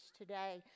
today